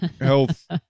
health